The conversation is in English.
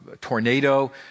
tornado